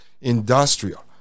industrial